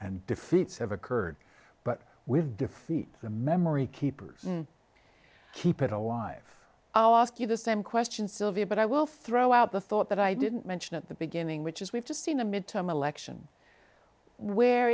and defeats have occurred but we've defeat the memory keeper's keep it alive oh i ask you the same question sylvia but i will throw out the thought that i didn't mention at the beginning which is we've just seen a midterm election where